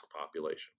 population